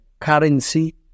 currency